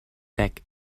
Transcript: back